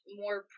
more